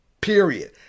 period